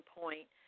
point